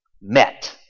met